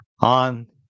on